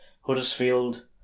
Huddersfield